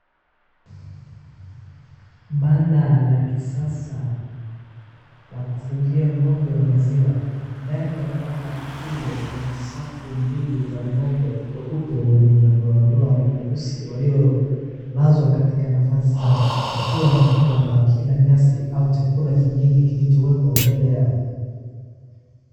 Banda la kisasa la kufugia ng'ombe wa maziwa. Ndani ya banda hilo kuna safu mbili za ng'ombe weupe wenye madoadoa meusi walio lazwa katika nafasi zao. Wakiwa wamefungwa na wakila nyasi au chakula kingine kilichowekwa mbele yao.